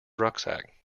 rucksack